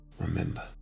Remember